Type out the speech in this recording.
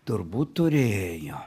tirbūt turėjo